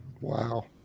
wow